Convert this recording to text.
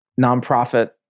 nonprofit